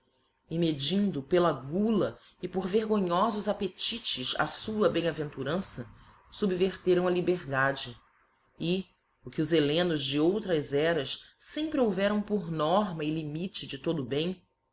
medindo pela gula e por vergonhofos appetites a fua bemaventurança fubverteram a liberdade e o que os hellenos de outras eras fempre houveram por norma e limite de todo o bem